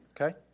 Okay